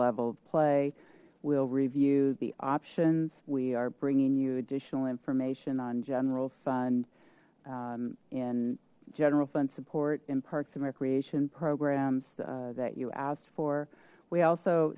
level of play we'll review the options we are bringing you additional information on general fund and general fund support in parks and recreation programs that you asked for we also